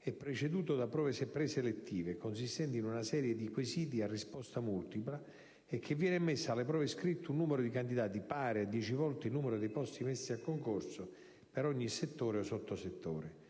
è preceduto da prove preselettive consistenti in una serie di quesiti a risposta multipla e che viene ammesso alle prove scritte un numero di candidati pari a dieci volte il numero dei posti messi a concorso per ogni settore o sottosettore.